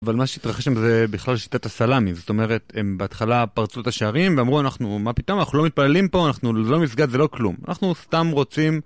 אבל מה שהתרחש עם זה בכלל שיטת הסלאמי, זאת אומרת, בהתחלה פרצו את השערים ואמרו, מה פתאום, אנחנו לא מתפללים פה, זה לא מסגד, זה לא כלום, אנחנו סתם רוצים...